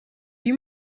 die